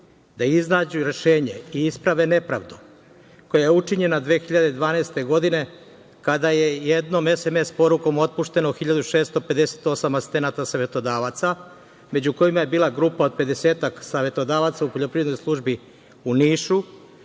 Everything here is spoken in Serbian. da iznađu rešenje i isprave nepravdu koja je učinjena 2012. godine kada je jednom SMS porukom otpušteno 1658 asistenata savetodavaca, među kojima je bila grupa od 50-ak savetodavaca u poljoprivrednoj službi u Nišu,